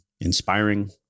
inspiring